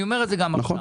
אני אומר את זה גם עכשיו.